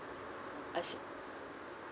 I see